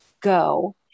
go